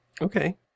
Okay